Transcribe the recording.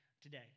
today